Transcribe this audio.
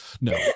No